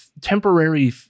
temporary